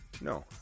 no